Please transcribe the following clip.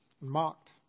mocked